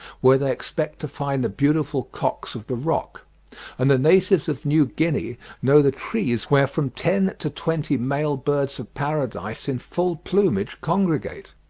where they expect to find the beautiful cocks of the rock and the natives of new guinea know the trees where from ten to twenty male birds of paradise in full plumage congregate.